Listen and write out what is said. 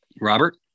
Robert